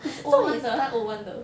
he's O one 的他 O one 的